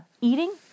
eating